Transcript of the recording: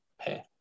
pay